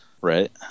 right